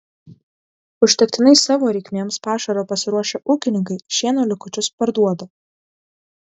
užtektinai savo reikmėms pašaro pasiruošę ūkininkai šieno likučius parduoda